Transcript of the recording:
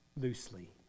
loosely